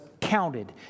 counted